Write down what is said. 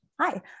Hi